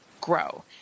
grow